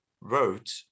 wrote